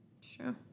Sure